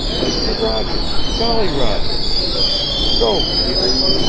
mister roger jolly roger go, peter!